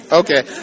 okay